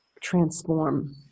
transform